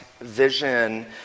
vision